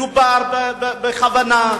מדובר בכוונה.